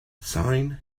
sine